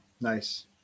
Nice